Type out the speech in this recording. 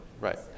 Right